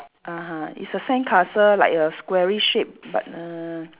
(uh huh) it's a sandcastle like a squarish shape but uh